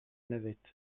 navette